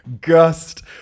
Gust